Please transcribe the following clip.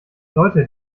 leute